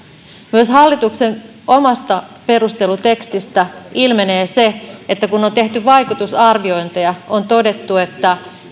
myös hallituksen omasta perustelutekstistä ilmenee että kun on tehty vaikutusarviointeja on todettu että